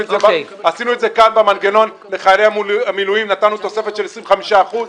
עשינו את זה כאן במנגנון לחיילי המילואים ונתנו תוספת של 25 אחוזים.